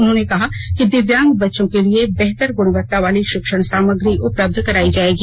उन्होंने कहा कि दिव्यांग बच्चों के लिए बेहतर गुणवत्ता वाली षिक्षण सामग्री उपलब्ध कराई जाएगी